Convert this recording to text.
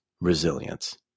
resilience